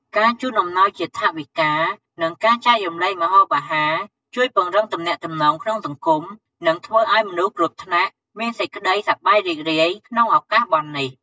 ការជូនអំណោយជាថវិកា និងការចែករំលែកម្ហូបអាហារជួយពង្រឹងទំនាក់ទំនងក្នុងសង្គម និង ធ្វើឱ្យមនុស្សគ្រប់ថ្នាក់ មានសេចក្ដីសប្បាយរីករាយក្នុងឱកាសបុណ្យនេះ។